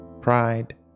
pride